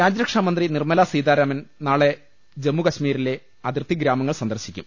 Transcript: രാജ്യരക്ഷാ മന്ത്രി നിർമലാ സീതാരാമൻ നാളെ ജമ്മു കശ്മീരിലെ അതിർത്തി ഗ്രാമങ്ങൾ സന്ദർശിക്കും